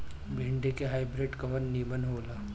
भिन्डी के हाइब्रिड कवन नीमन हो ला?